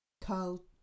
Carl